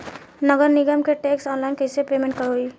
नगर निगम के टैक्स ऑनलाइन कईसे पेमेंट होई?